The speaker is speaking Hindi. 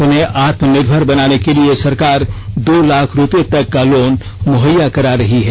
उन्हें आत्मनिर्भर बनाने के लिए सरकार दो लाख रुपए तक का लोन मुहैया करा रही है